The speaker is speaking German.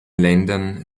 ländern